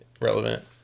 relevant